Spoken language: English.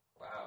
Wow